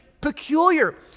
peculiar